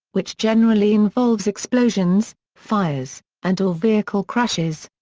which generally involves explosions, fires, and or vehicle crashes.